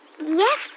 Yes